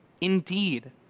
Indeed